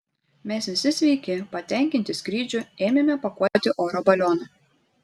mes visi sveiki patenkinti skrydžiu ėmėme pakuoti oro balioną